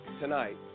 tonight